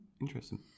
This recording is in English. Interesting